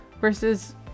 versus